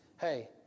Hey